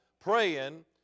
praying